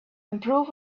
improve